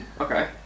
Okay